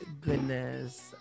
goodness